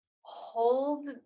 hold